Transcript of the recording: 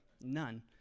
None